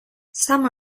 some